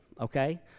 okay